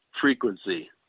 frequency